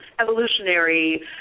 evolutionary